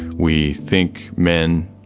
we think men